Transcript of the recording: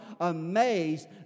amazed